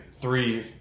three